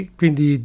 quindi